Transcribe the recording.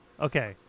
Okay